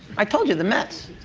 i told you, the mets.